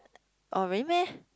oh rain meh